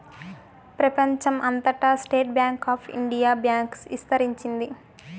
ప్రెపంచం అంతటా State Bank of India bank ఇస్తరించింది